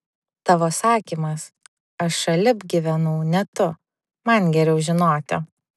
tavo sakymas aš šalip gyvenau ne tu man geriau žinoti